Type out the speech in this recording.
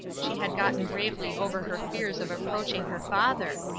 she had gotten bravely over her fears of approaching her father.